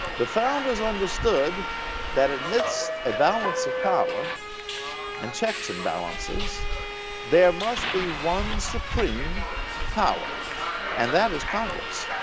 the founders understood that in this a balance of power and checks and balances there must be one supreme power and that is congress.